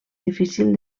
difícil